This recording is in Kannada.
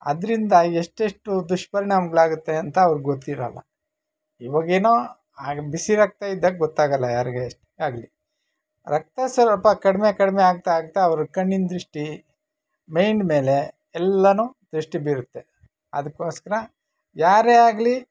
ಅದರಿಂದ ಎಷ್ಟೆಷ್ಟು ದುಷ್ಪರಿಣಾಮಗಳಾಗತ್ತೆ ಅಂತ ಅವ್ರ್ಗೆ ಗೊತ್ತಿರೋಲ್ಲ ಇವಾಗೇನೋ ಆಗ ಬಿಸಿ ರಕ್ತ ಇದ್ದಾಗ ಗೊತ್ತಾಗೋಲ್ಲ ಯಾರಿಗೆ ಆಗಲಿ ರಕ್ತ ಸ್ವಲ್ಪ ಕಡಿಮೆ ಕಡಿಮೆ ಆಗ್ತಾ ಆಗ್ತಾ ಅವ್ರ ಕಣ್ಣಿನ ದೃಷ್ಟಿ ಮೆಯ್ನ್ಡ್ ಮೇಲೆ ಎಲ್ಲಾನೂ ದೃಷ್ಟಿ ಬೀರುತ್ತೆ ಅದಕ್ಕೋಸ್ಕರ ಯಾರೇ ಆಗಲಿ